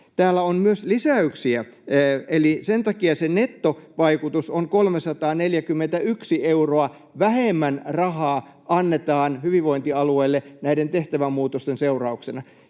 Täällä on myös lisäyksiä, eli sen takia se nettovaikutus on se, että 341 miljoonaa euroa vähemmän rahaa annetaan hyvinvointialueille näiden tehtävämuutosten seurauksena.